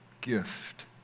gift